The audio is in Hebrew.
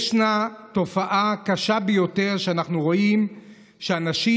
ישנה תופעה קשה ביותר שאנחנו רואים שאנשים,